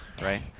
right